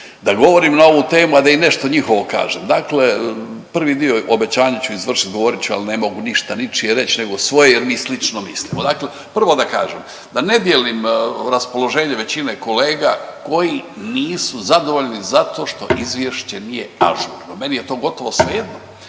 da govorim na ovu temu, a da i nešto njihovo kažem. Dakle, prvi dio obećanja ću izvršiti, govorit ću, ali ne mogu ništa ničije reći nego svoje jer mi slično mislimo. Dakle, prvo da kažem da ne dijelim raspoloženje većine kolega koji nisu zadovoljni zato što izvješće nije ažurno. Meni je to gotovo svejedno